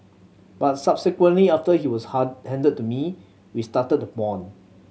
but subsequently after he was hard handed to me we started to bond